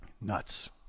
Nuts